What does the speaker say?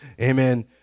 amen